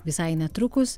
visai netrukus